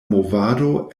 movado